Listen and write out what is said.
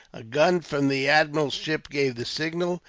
a gun from the admiral's ship gave the signal,